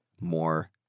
more